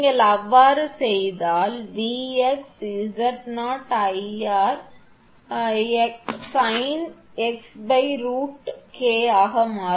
நீங்கள் அவ்வாறு செய்தால் 𝑉𝑥 𝑍𝑜𝐼𝑟 சின் 𝑥√𝑘 ஆக மாறும்